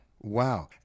Wow